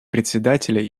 председателя